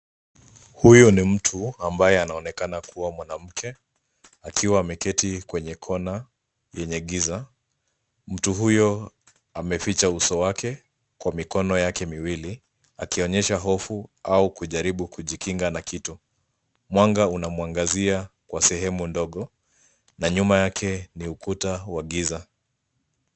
Huyu ni mtu ambaye anaonekana kuwa mwanamke akiwa ameketi kwenye kona yenye giza. Mtu huyo ameficha uso wake kwa mikono yake miwili akionyesha hofu au kujaribu kujikinga na kitu. Mwanga unamwangazia kwa sehemu ndogo na nyuma yake ni ukuta wa giza.